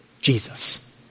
Jesus